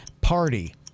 Party